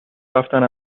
رفتن